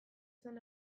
zen